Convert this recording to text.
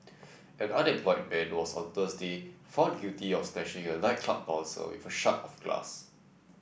an unemployed man was on Thursday found guilty of slashing a nightclub bouncer with a shard of glass